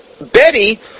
Betty